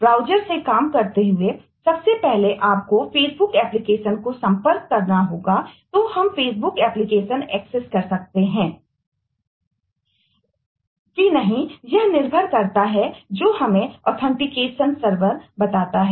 अगर आप Facebook authentication बताता है